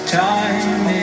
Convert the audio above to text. time